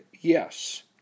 Yes